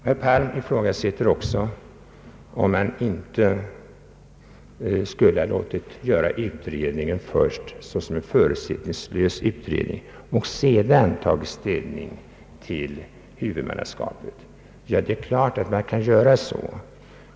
Herr Palm ifrågasätter om inte riksdagen först borde göra en förutsättningslös utredning och sedan ta ställning till huvudmannaskapet. Man kan givetvis göra så.